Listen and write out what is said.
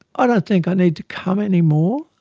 i don't think i need to come anymore.